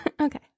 Okay